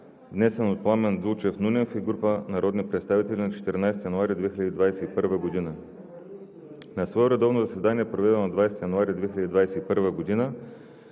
внесен от Пламен Дулчев Нунев и група народни представители на 14 януари 2021 г. На свое редовно заседание, проведено на 20 януари 2021 г.,